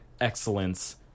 excellence